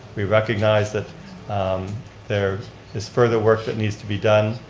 we recognize that there is further work that needs to be done.